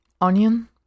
onion